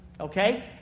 Okay